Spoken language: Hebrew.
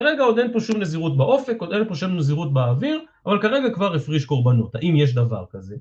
כרגע עוד אין פה שום נזירות באופק, עוד אין פה שום נזירות באוויר, אבל כרגע כבר הפריש קורבנות, האם יש דבר כזה?